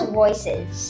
voices